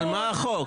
על מה החוק?